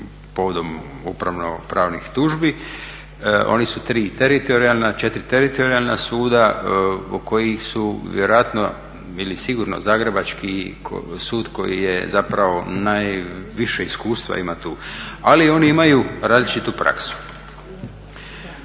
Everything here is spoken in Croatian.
povodom upravno-pravnih tužbi. Oni su tri teritorijalna, četiri teritorijalna suda od kojih su vjerojatno ili sigurno zagrebački sud koji je zapravo najviše iskustva ima tu, ali oni imaju različitu praksu.